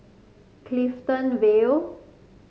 Clifton Vale